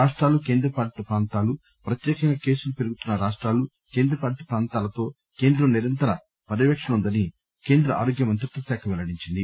రాష్టాలు కేంద్ర పాలిత ప్రాంతాలు ప్రత్యేకంగా కేసులు పెరుగుతున్న రాష్టాలు కేంద్రపాలిత ప్రాంతాలతో కేంద్రం నిరంతర పర్యవేకణలో ఉందని కేంద్ర ఆరోగ్య మంత్రిత్వశాఖ పెల్లడించింది